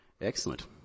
Excellent